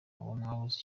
mwabuze